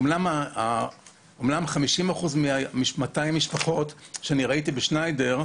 אמנם 50 אחוזים מ-200 משפחות שראיתי ב"שניידר"